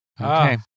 Okay